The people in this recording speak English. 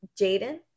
Jaden